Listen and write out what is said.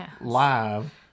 live